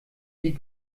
die